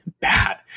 bad